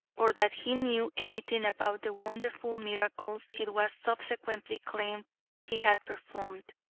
or that he knew anything about the wonderful miracles it was subsequently claimed he had performed.